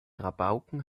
rabauken